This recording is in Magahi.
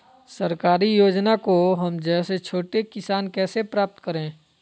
सरकारी योजना को हम जैसे छोटे किसान कैसे प्राप्त करें?